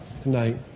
tonight